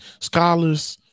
scholars